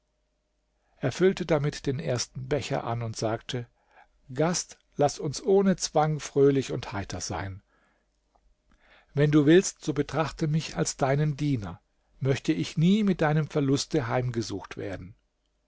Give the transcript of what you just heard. füllte damit den ersten becher an und sagte gast laß uns ohne zwang fröhlich und heiter sein wenn du willst so betrachte mich als deinen diener möchte ich nie mit deinem verluste heimgesucht werden